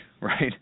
right